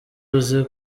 uzi